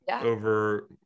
over